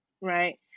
right